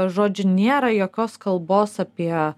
žodžiu nėra jokios kalbos apie